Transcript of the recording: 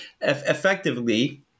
Effectively